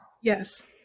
yes